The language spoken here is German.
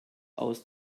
aus